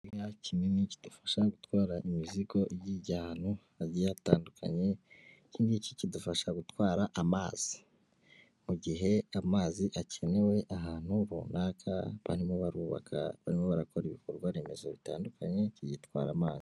Igkamyoi kidufasha gutwara imizigo yigihan hagiye hatandukanye n'iki kidufasha gutwara amazi mu gihe amazi akenewe ahantu runaka barimo barubaka barimo barakora ibikorwa remezo bitandukanye bigitwara amazi.